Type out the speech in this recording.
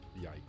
Yikes